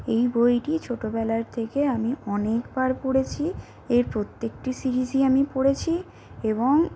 এই বইটি ছোটোবেলার থেকে আমি অনেকবার পড়েছি এর প্রত্যেকটি সিরিজই আমি পড়েছি এবং